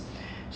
mm